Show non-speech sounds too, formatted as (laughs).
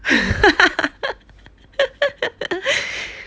(laughs)